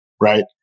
right